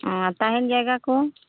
ᱚ ᱛᱟᱦᱮᱱ ᱡᱟᱭᱜᱟ ᱠᱚ